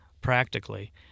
practically